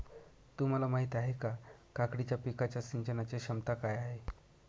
तुम्हाला माहिती आहे का, काकडीच्या पिकाच्या सिंचनाचे क्षमता काय आहे?